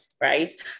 right